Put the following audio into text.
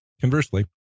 Conversely